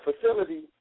facility